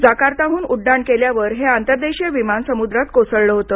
जाकार्ताहून उड्डाण केल्यावर हे आतरदेशीय विमान समुद्रात कोसळल होत